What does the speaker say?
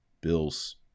bills